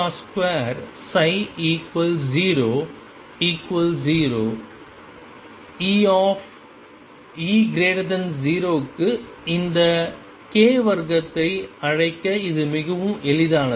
E 0 க்கு இந்த k வர்க்கத்தை அழைக்க இது மிகவும் எளிதானது